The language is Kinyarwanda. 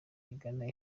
igana